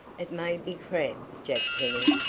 it may be cramp, jack penny,